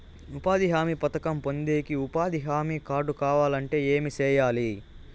ఉపాధి హామీ పథకం పొందేకి ఉపాధి హామీ కార్డు కావాలంటే ఏమి సెయ్యాలి?